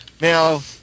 Now